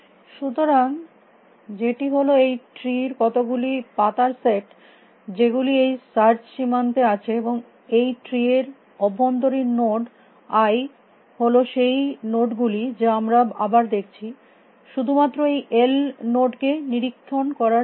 সুতরাং যেটি হল এই ট্রি এর কতগুলি পাতার সেট যেগুলি এই সার্চ সীমান্তে আছে এবং এবং এই ট্রি এর অভ্যন্তরীণ নোড internal নোড আই হল সেই নোড গুলি যা আমরা আবার দেখছি শুধুমাত্র এই এল নোড কে নিরীক্ষণ করার নিমিত্তে